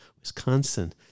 Wisconsin